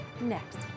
next